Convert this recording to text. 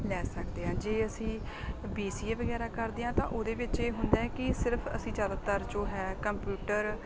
ਲੈ ਸਕਦੇ ਹਾਂ ਜੇ ਅਸੀਂ ਬੀ ਸੀ ਏ ਵਗੈਰਾ ਕਰਦੇ ਹਾਂ ਤਾਂ ਉਹਦੇ ਵਿੱਚ ਇਹ ਹੁੰਦਾ ਕਿ ਸਿਰਫ ਅਸੀਂ ਜ਼ਿਆਦਾਤਰ ਜੋ ਹੈ ਕੰਪਿਊਟਰ